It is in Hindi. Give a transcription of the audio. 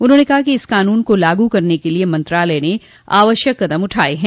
उन्होंने कहा कि इस कानून को लागू करने के लिए मंत्रालय ने आवश्यक कदम उठाए हैं